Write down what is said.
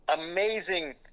amazing